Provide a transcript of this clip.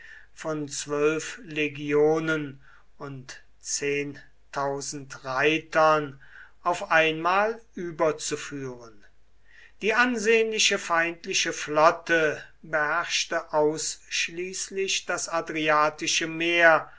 von zwölf legionen und reitern auf einmal überzuführen die ansehnliche feindliche flotte beherrschte ausschließlich das adriatische meer